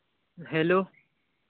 hello